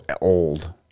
Old